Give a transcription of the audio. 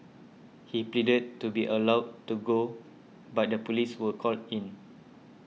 he pleaded to be allowed to go but the police were called in